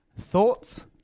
Thoughts